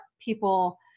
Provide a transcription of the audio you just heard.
people